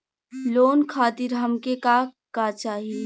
Loan खातीर हमके का का चाही?